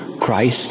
Christ